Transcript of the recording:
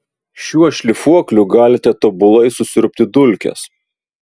šiuo šlifuokliu galite tobulai susiurbti dulkes